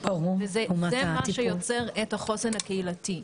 זה מה שיוצר את החוסן הקהילתי.